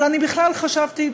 אבל אני בכלל חשבתי,